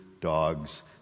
dogs